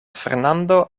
fernando